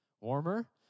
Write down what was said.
warmer